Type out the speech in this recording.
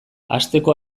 asteko